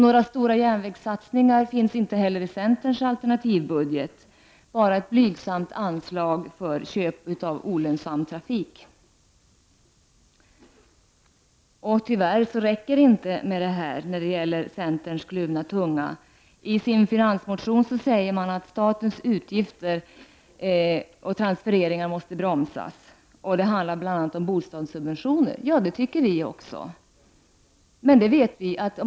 Några stora järnvägssatsningar finns inte heller i centerns alternativbudget, bara ett blygsamt anslag för köp av olönsam trafik. Tyvärr räcker inte detta som exempel på att centern talar med kluven tunga. I sin finansmotion säger centerpartiet att statens utgifter och transfereringar måste bromsas. Det handlar bl.a. om bostadssubventioner. Ja, det anser vi i miljöpartiet också.